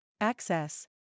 Access